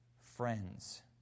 friends